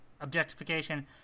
objectification